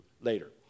later